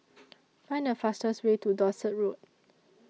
Find The fastest Way to Dorset Road